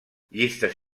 llistes